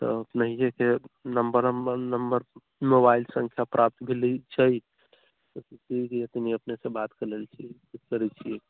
तऽ अपनहिके नम्बर हम नम्बर मोबाइल सङ्ख्या प्राप्त भेलै छै तनि अपनेसँ बात कर लेल छी करै छिए